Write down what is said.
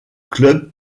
club